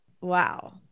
wow